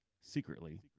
secretly